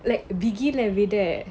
like biggie levy there